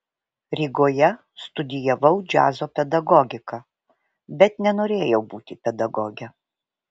rygoje studijavau džiazo pedagogiką bet nenorėjau būti pedagoge